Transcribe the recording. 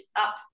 up